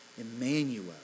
Emmanuel